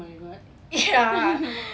oh my god